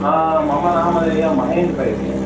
हा मम नामधेय महेन्द्र इति